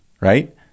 right